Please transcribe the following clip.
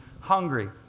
hungry